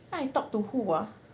then I talk to who ah